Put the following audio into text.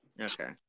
Okay